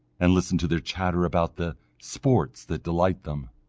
and listen to their chatter about the sports that delight them,